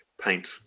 paint